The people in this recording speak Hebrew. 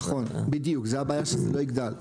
נכון, בדיוק, זו הבעיה שזה לא יגדל.